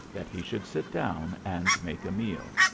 that he should sit down and make a meal.